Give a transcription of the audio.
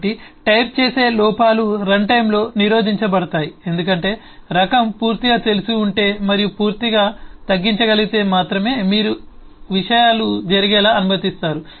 కాబట్టి టైప్ చేసే లోపాలు రన్టైమ్లో నిరోధించబడతాయి ఎందుకంటే రకం పూర్తిగా తెలిసి ఉంటే మరియు పూర్తిగా తగ్గించగలిగితే మాత్రమే మీరు విషయాలు జరిగేలా అనుమతిస్తారు